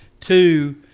Two